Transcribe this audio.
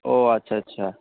ও আচ্ছা আচ্ছা